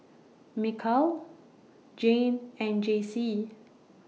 Mikal Jayne and Jaycee